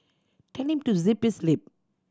tell him to zip his lip